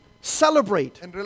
celebrate